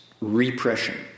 repression